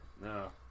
No